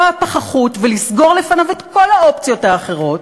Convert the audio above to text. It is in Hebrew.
הפחחות ולסגור לפניו את כל האופציות האחרות,